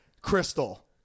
Crystal